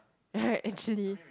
right actually